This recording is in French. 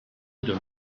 d’un